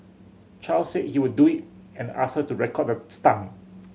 chow said he would do it and asked her to record the stunt